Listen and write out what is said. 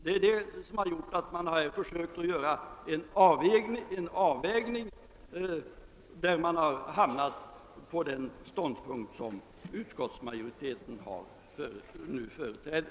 Det är därför man har försökt göra en avvägning, varvid man kommit till den ståndpunkt som utskottsmajoriteten nu företräder.